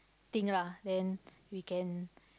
thing lah then we can